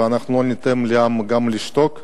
ולא ניתן לעם גם לשתוק,